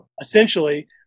essentially